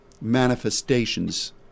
manifestations